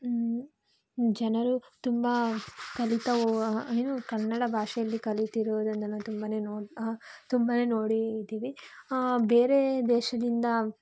ಜನರು ತುಂಬ ಕಲಿತಾ ಒ ಏನು ಕನ್ನಡ ಭಾಷೆಯಲ್ಲಿ ಕಲಿತಿರುವುದರಿಂದ ನಾವು ತುಂಬನೇ ನೋ ತುಂಬನೇ ನೋಡಿದ್ದೀವಿ ಬೇರೆ ದೇಶದಿಂದ